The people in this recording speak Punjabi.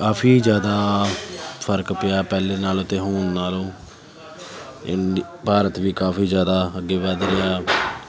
ਕਾਫੀ ਜ਼ਿਆਦਾ ਫਰਕ ਪਿਆ ਪਹਿਲਾਂ ਨਾਲੋਂ ਅਤੇ ਹੁਣ ਨਾਲੋਂ ਇੰਡ ਭਾਰਤ ਵੀ ਕਾਫੀ ਜ਼ਿਆਦਾ ਅੱਗੇ ਵੱਧ ਰਿਹਾ